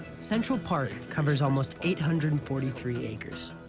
central park covers almost eight hundred and forty three acres.